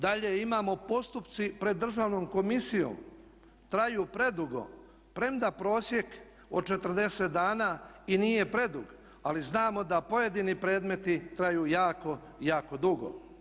Dalje, imamo postupci pred državnom komisijom, traju predugo premda prosjek od 40 dana i nije predug ali znamo da pojedini predmeti traju jako, jako dugo.